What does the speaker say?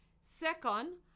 Second